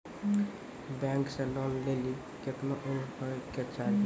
Bank से loan लेली केतना उम्र होय केचाही?